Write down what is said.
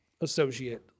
associate